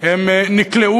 הפכו